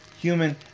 human